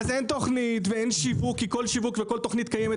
אז אין תכנית ואין שיווק כי כל שיווק וכל תכנית קיימת